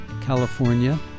California